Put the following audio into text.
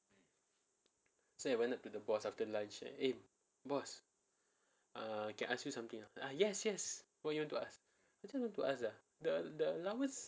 so I went up to the boss after lunch and eh boss uh can ask you something ah yes yes what you want to ask I just want to ask ah the the allowance